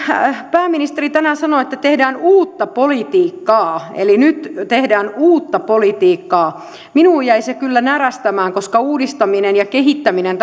pääministeri tänään sanoi että tehdään uutta politiikkaa eli nyt tehdään uutta politiikkaa minua jäi se kyllä närästämään koska uudistaminen ja kehittäminen